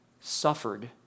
suffered